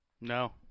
No